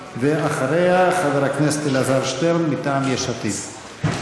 ואחריה, חבר הכנסת אלעזר שטרן מטעם יש עתיד.